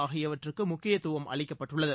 ஆகியவற்றுக்கு முக்கியத்துவம் அளிக்கப்பட்டுள்ளது